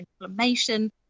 inflammation